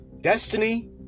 destiny